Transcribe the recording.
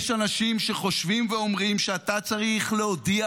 -- יש אנשים שחושבים ואומרים שאתה צריך להודיע